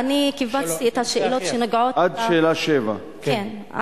אני כיווצתי את השאלות שנוגעות, עד שאלה 7. כן.